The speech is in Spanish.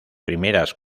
primeras